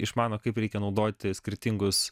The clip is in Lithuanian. išmano kaip reikia naudoti skirtingus